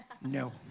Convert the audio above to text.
No